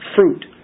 fruit